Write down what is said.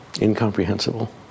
incomprehensible